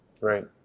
Right